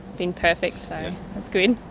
been perfect, so it's good.